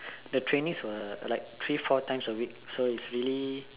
the training were like three four times a week so is really